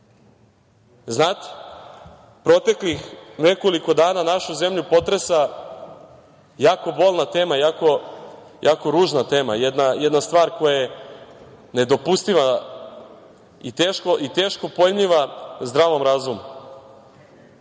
posledicu? Proteklih nekoliko dana našu zemlju potresa jako bolna i jako ružna tema, jedna stvar koja je nedopustiva i teško pojmljiva zdravom razumu.